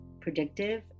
predictive